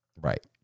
right